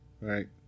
right